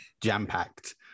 jam-packed